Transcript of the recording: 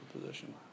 position